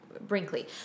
Brinkley